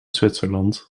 zwitserland